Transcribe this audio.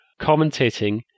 commentating